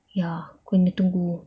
ya kena tunggu